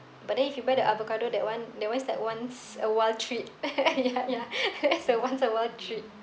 but then if you buy the avocado that one that one is like once a while treat ya ya it's a once a while treat